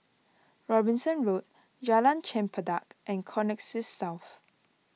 Robinson Road Jalan Chempedak and Connexis South